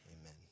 Amen